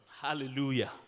Hallelujah